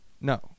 No